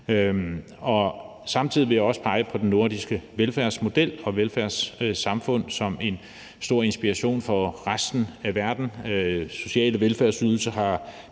Samtidig vil jeg også pege på den nordiske velfærdsmodel og velfærdssamfundene som en stor inspiration for resten af verden. Sociale velfærdsydelser har